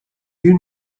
you